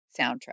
soundtrack